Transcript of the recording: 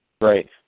right